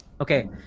Okay